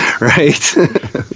right